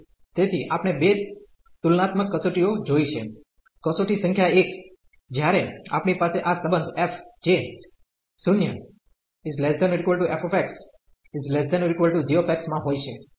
તેથી આપણે બે તુલનાત્મક કસોટીઓ જોય છે કસોટી સંખ્યા 1 જ્યારે આપણી પાસે આ સંબંધ f જે 0 ≤ f ≤ g માં હોય છે